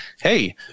Hey